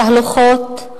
תהלוכות,